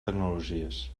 tecnologies